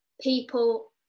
people